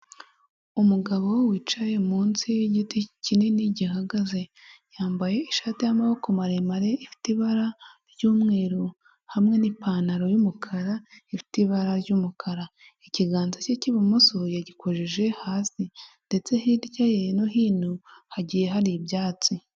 Umugabo wicaye munsi yigiti kinini gihagaze, yambaye ishati y'amaboko maremare ifite ibara ry'umweru hamwe n'ipantaro y'umukara ifite ibara ry'umukara, ikiganza cye cy'ibumoso yagikojeje hasi ndetse hirya ye no hino hagiye hari ibyatsi.